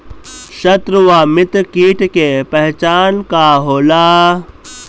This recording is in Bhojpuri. सत्रु व मित्र कीट के पहचान का होला?